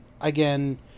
again